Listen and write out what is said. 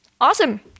Awesome